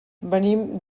venim